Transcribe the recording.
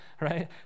right